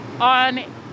on